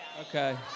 Okay